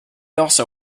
also